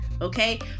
okay